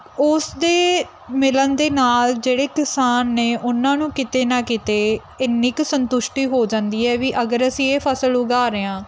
ਉਸਦੇ ਮਿਲਣ ਦੇ ਨਾਲ ਜਿਹੜੇ ਕਿਸਾਨ ਨੇ ਉਹਨਾਂ ਨੂੰ ਕਿਤੇ ਨਾ ਕਿਤੇ ਇੰਨੀ ਕੁ ਸੰਤੁਸ਼ਟੀ ਹੋ ਜਾਂਦੀ ਹੈ ਵੀ ਅਗਰ ਅਸੀਂ ਇਹ ਫਸਲ ਉਗਾ ਰਹੇ ਹਾਂ